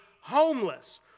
homeless